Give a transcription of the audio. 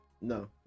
No